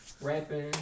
rapping